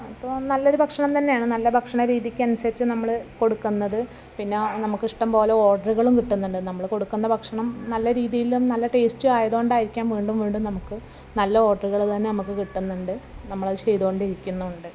അപ്പോൾ നല്ലൊരു ഭക്ഷണം തന്നെയാണ് നല്ല ഭക്ഷണ രീതിക്കനുസരിച്ചു നമ്മൾ കൊടുക്കുന്നതു പിന്നെ നമുക്കിഷ്ടം പോലെ ഓർഡറുകളും കിട്ടുന്നുണ്ട് നമ്മൾ കൊടുക്കുന്ന ഭക്ഷണം നല്ല രീതിയിലും നല്ല ടേസ്റ്റും ആയതു കൊണ്ടായിരിക്കാം വീണ്ടും വീണ്ടും നമുക്കു നല്ല ഓർഡറുകൾ തന്നെ നമുക്ക് കിട്ടുന്നുണ്ട് നമ്മളതു ചെയ്തു കൊണ്ടേ ഇരിക്കുന്നുണ്ട്